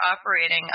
operating